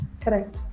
correct